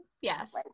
yes